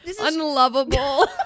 unlovable